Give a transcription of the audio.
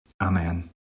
Amen